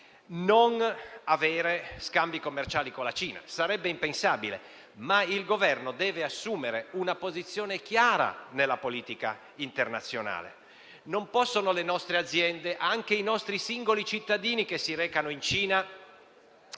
non avere scambi commerciali con la Cina; sarebbe impensabile. Ma il Governo deve assumere una posizione chiara nella politica internazionale. Le nostre aziende, anche i nostri singoli cittadini che si recano in Cina,